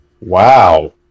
Wow